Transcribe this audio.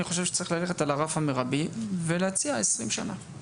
אני חושב שצריך ללכת על הרף המירבי ולהציע 20 שנים.